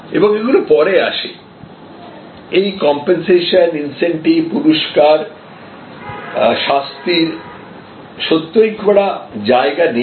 এবং এগুলি পরে আসে এই কম্পেন্সেশনইন্সেন্টিভপুরষ্কার শাস্তির সত্যই খুব একটা জায়গা নেই